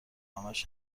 همش